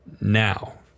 now